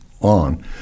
on